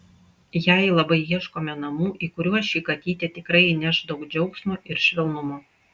jai labai ieškome namų į kuriuos ši katytė tikrai įneš daug džiaugsmo ir švelnumo